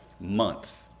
month